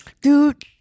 Dude